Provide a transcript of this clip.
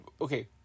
Okay